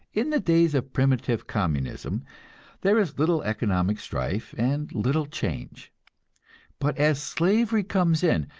in the days of primitive communism there is little economic strife and little change but as slavery comes in,